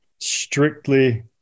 strictly